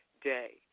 Day